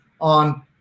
on